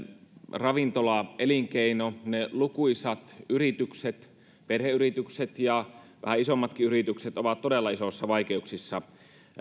ravintolaelinkeino ne lukuisat yritykset perheyritykset ja vähän isommatkin yritykset ovat todella isoissa vaikeuksissa